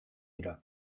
dira